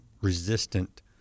resistant